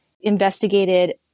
investigated